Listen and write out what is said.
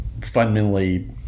fundamentally